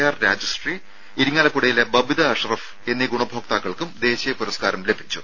R Rajasree ഇരിങ്ങാലക്കുടയിലെ ബബിത അഷ്റഫ് എന്നീ ഗുണഭോക്താക്കൾക്കും ദേശീയ പുരസ്കാരം ലഭിച്ചു